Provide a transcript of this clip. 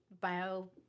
bio